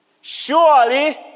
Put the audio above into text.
Surely